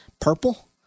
Purple